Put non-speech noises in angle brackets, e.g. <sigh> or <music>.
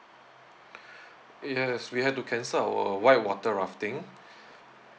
<breath> yes we had to cancel our white water rafting